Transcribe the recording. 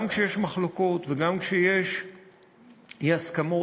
גם כשיש מחלוקות וגם כשיש אי-הסכמות,